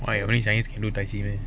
oh only chinese can do tai chi meh